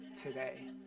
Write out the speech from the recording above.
today